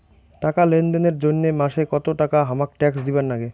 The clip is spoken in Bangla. টাকা লেনদেন এর জইন্যে মাসে কত টাকা হামাক ট্যাক্স দিবার নাগে?